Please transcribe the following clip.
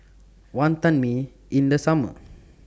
Wantan Mee in The Summer